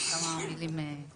רציתי לומר כמה מילים כלליות.